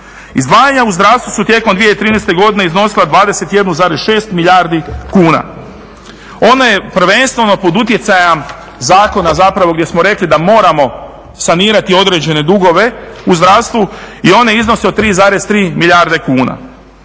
Izdvajanja u zdravstvu su tijekom 2013. godine iznosila 21,6 milijardi kuna. Ona je prvenstveno pod utjecajem zakona zapravo gdje smo rekli da moramo sanirati određene dugove u zdravstvu i one iznose od 3,3 milijarde kuna.